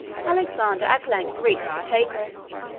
alexander at length reached the tigris.